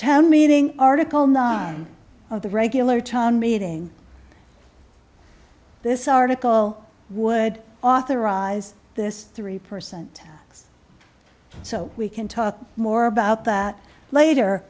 ten meeting article non of the regular town meeting this article would authorize this three percent so we can talk more about that later